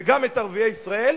וגם את ערביי ישראל,